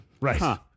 Right